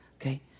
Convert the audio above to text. okay